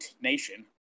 nation